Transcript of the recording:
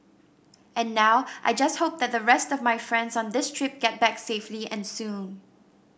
and now I just hope that the rest of my friends on this trip get back safely and soon